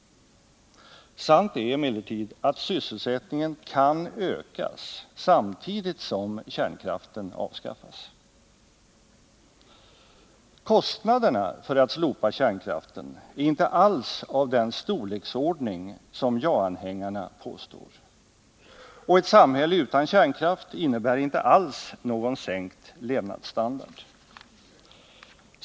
Sant är emellertid att sysselsättningen kan ökas samtidigt som kärnkraften avskaffas. Kostnaderna för att slopa kärnkraften är inte alls av den storleksordning som ja-anhängarna påstår. Och ett samhälle utan kärnkraft innebär inte alls någon sänkt levnadsstandard.